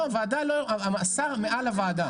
לא, השר מעל הוועדה.